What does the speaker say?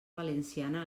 valenciana